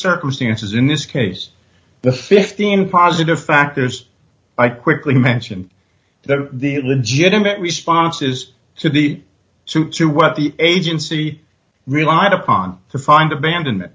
circumstances in this case the fifteen positive factors i quickly mentioned that the legitimate responses to the suit to what the agency relied upon to find aband